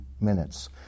minutes